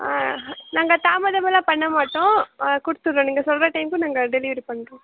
ஆ நாங்கள் தாமதமெல்லாம் பண்ண மாட்டோம் கொடுத்துடுறோம் நீங்கள் சொல்லுகிற டைமுக்கு நாங்கள் டெலிவரி பண்ணுறோம்